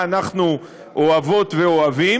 מה אנחנו אוהבות ואוהבים,